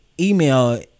email